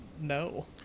No